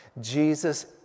Jesus